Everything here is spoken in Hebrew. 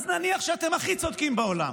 אז נניח שאתם הכי צודקים בעולם.